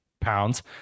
pounds